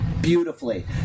beautifully